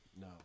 No